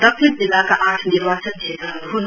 दक्षिण जिल्लाका आठ निर्वाचन क्षेत्रहरु हुन्